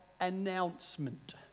announcement